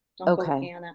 Okay